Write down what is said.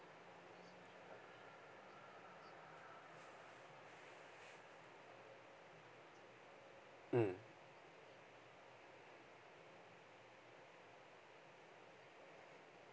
mm